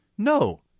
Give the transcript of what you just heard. No